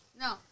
No